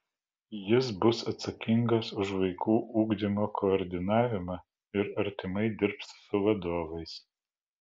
jis bus atsakingas už vaikų ugdymo koordinavimą ir artimai dirbs su vadovais